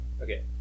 Okay